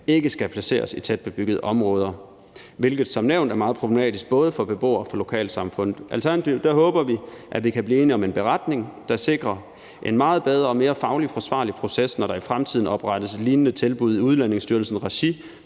ikke skal placeres i tætbebyggede områder. En sådan placering er som nævnt meget problematisk både for beboerne og for lokalsamfundet. Alternativt håber vi, at vi kan blive enige om en beretning, der sikrer en meget bedre og mere fagligt forsvarlig proces, når der i fremtiden oprettes lignende tilbud i Udlændingestyrelsens regi,